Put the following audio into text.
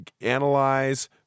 analyze